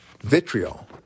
vitriol